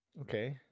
Okay